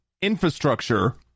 infrastructure